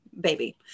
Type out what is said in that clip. baby